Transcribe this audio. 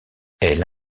elle